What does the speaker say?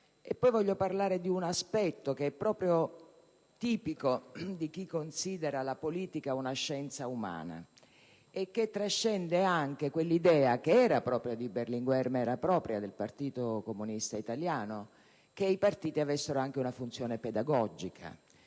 Voglio poi parlare di un aspetto tipico di chi considera la politica una scienza umana e che trascende l'idea, propria di Berlinguer ma direi propria del Partito Comunista Italiano, che i partiti avessero anche una funzione pedagogica,